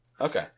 Okay